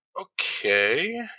Okay